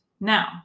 Now